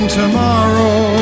tomorrow